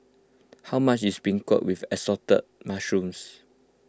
how much is Beancurd with Assorted Mushrooms